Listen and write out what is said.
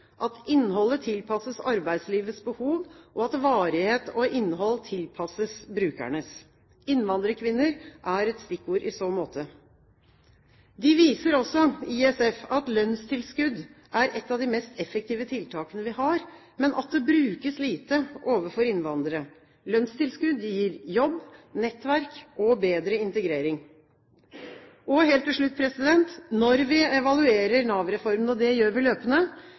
at innholdet tilpasses arbeidslivets behov, og at varighet og innhold tilpasses brukernes. Innvandrerkvinner er et stikkord i så måte. ISFs undersøkelse viser også at lønnstilskudd er ett av de mest effektive tiltakene vi har, men at det brukes lite overfor innvandrere. Lønnstilskudd gir jobb, nettverk og bedre integrering. Helt til slutt: Når vi evaluerer Nav-reformen, og det gjør vi løpende,